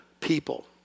people